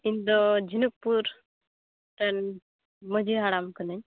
ᱤᱧᱫᱚ ᱡᱷᱤᱱᱩᱠᱯᱩᱨ ᱨᱮᱱ ᱢᱟᱺᱡᱷᱤ ᱦᱟᱲᱟᱢ ᱠᱟᱹᱱᱟᱹᱧ